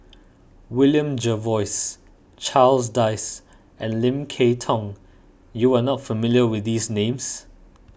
William Jervois Charles Dyce and Lim Kay Tong you are not familiar with these names